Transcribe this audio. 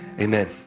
Amen